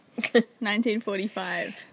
1945